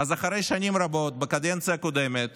אז אחרי שנים רבות, בקדנציה הקודמת